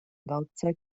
werkzeug